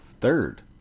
third